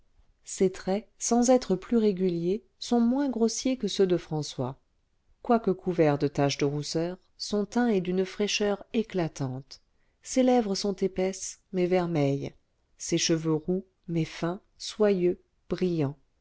ses traits sans être plus réguliers sont moins grossiers que ceux de françois quoique couvert de taches de rousseur son teint est d'une fraîcheur éclatante ses lèvres sont épaisses mais vermeilles ses cheveux roux mais fins soyeux brillants